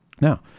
Now